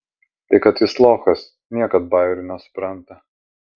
tai kad jis lochas niekad bajerių nesupranta